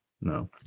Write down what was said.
No